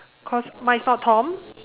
cause mine is not tom